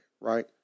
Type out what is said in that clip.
right